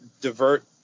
divert